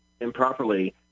improperly